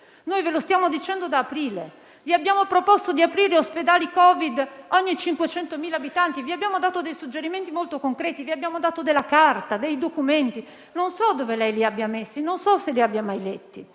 Noi ve lo stiamo dicendo da aprile. Vi abbiamo proposto di aprire ospedali Covid ogni 500.000 abitanti; vi abbiamo dato dei suggerimenti molto concreti; vi abbiamo dato dei documenti, che non so dove lei abbia messo e non so se li abbia mai letti.